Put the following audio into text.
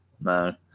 No